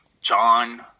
John